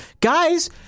Guys